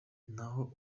n’aho